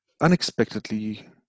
unexpectedly